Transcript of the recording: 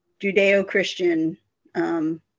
Judeo-Christian